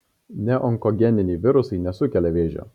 neonkogeniniai virusai nesukelia vėžio